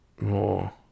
more